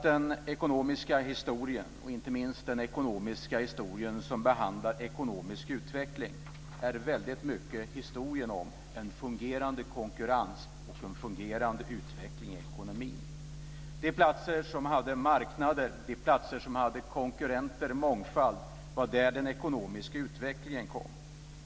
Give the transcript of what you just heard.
Den ekonomiska historien, inte minst den ekonomiska historia som behandlar ekonomisk utveckling, är väldigt mycket historien om en fungerande konkurrens och en fungerande utveckling i ekonomin. De platser som hade marknader, de platser som hade konkurrenter och mångfald var där den ekonomiska utvecklingen kom.